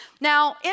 Now